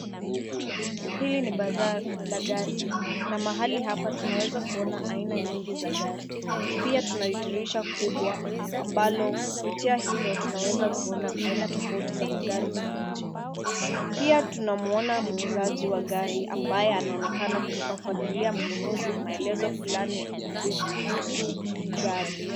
Hili ni bazaar la gari na mahali hapa tunaweza kuona aina nyingi za gari, pia kuna dirisha kubwa ambalo kupitia hilo, tunaweza kuona aina tofauti za magari huko nje. Pia tunamwona muuzaji wa gari, ambaye anaonekana kumfafanulia mnunuzi, maelezo fulani kuhusu gari.